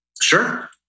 Sure